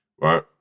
right